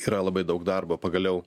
yra labai daug darbo pagaliau